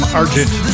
argent